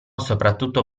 soprattutto